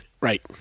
Right